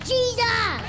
Jesus